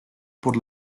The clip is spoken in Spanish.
por